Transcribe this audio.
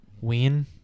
Ween